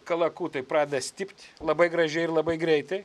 kalakutai pradeda stipt labai gražiai ir labai greitai